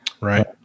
Right